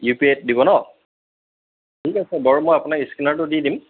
U পি আইত দিব নহ্ ঠিক আছে বাৰু মই আপোনাক স্কেনাৰটো দি দিম